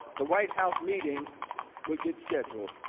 the white house meeting would get scheduled.